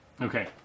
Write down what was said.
Okay